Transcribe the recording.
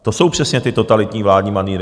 To jsou přesně ty totalitní vládní manýry.